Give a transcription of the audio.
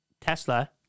Tesla